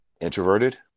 introverted